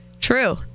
True